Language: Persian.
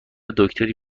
دکتری